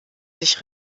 sich